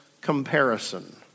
comparison